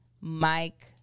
Mike